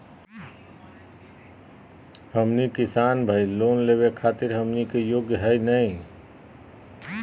हमनी किसान भईल, लोन लेवे खातीर हमनी के योग्य हई नहीं?